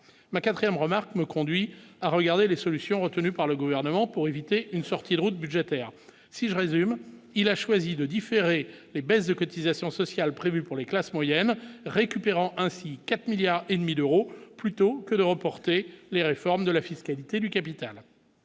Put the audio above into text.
ma 4ème remarque me conduit à regarder les solutions retenues par le gouvernement pour éviter une sortie de route budgétaire, si je résume, il a choisi de différer les baisses de cotisations sociales prévues pour les classes moyennes, récupérant ainsi 4 milliards et demi d'euros plutôt que de reporter les réformes de la fiscalité du capital.